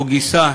או גיסה",